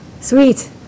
Sweet